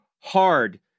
Hard